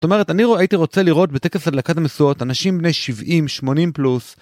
זאת אומרת, אני הייתי רוצה לראות בטקס הדלקת המשואות אנשים בני 70-80 פלוס